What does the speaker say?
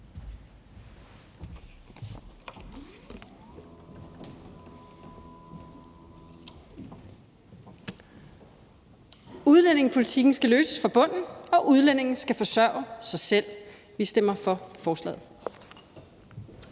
Udlændingepolitikken skal løses fra bunden, og udlændinge skal forsørge sig selv. Vi stemmer for forslaget.